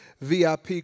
VIP